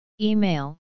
Email